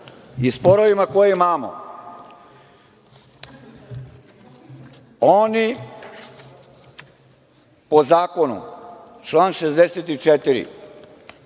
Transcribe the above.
i sporovima koje imamo? Oni po zakonu, član 64.